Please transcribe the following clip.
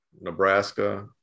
Nebraska